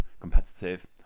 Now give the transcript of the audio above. competitive